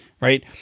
Right